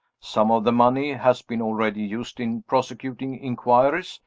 some of the money has been already used in prosecuting inquiries,